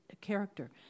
character